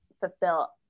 fulfill